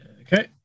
Okay